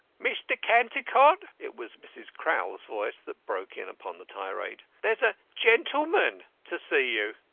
mr. cantycot! it was mrs. crowl's voice that broke in upon the tirade. there's a gentleman to see you.